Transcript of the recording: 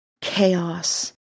Chaos